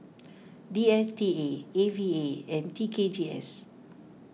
D S T A A V A and T K G S